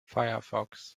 firefox